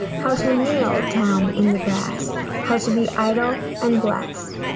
how to kneel down in the grass, how to be idle and blessed,